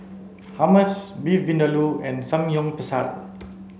Hummus Beef Vindaloo and Samgyeopsal